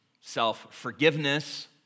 self-forgiveness